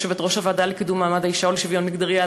יושבת-ראש הוועדה לקידום מעמד האישה ולשוויון מגדרי,